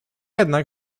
jednak